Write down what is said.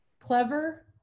clever